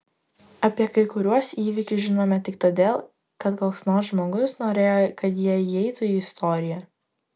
apie kai kuriuos įvykius žinome tik todėl kad koks nors žmogus norėjo kad jie įeitų į istoriją